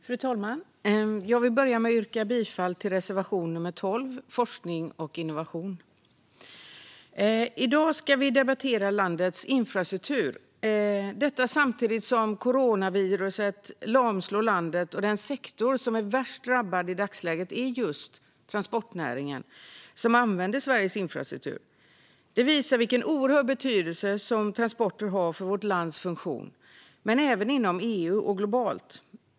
Fru talman! Jag vill börja med att yrka bifall till reservation nr 12 om forskning och innovation. I dag ska vi debattera landets infrastruktur. Detta gör vi samtidigt som coronaviruset lamslår landet. Den sektor som är värst drabbad i dagsläget är just transportnäringen, som använder Sveriges infrastruktur. Det visar vilken oerhörd betydelse som transporter har för vårt lands funktion, men även inom EU och globalt.